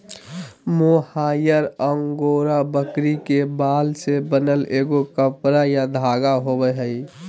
mohair angora बकरी के बाल से बनल एगो कपड़ा या धागा होबैय हइ